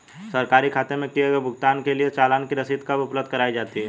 सरकारी खाते में किए गए भुगतान के लिए चालान की रसीद कब उपलब्ध कराईं जाती हैं?